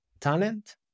talent